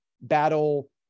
battle